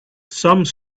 some